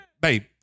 babe